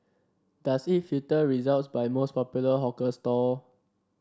does it filter results by most popular hawker stall